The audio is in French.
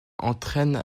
entraîne